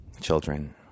children